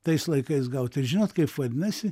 tais laikais gautą ir žinot kaip vadinasi